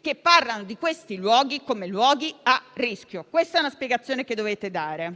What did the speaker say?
che parlano di questi luoghi come di luoghi a rischio. Dunque, questa è una spiegazione che dovete dare!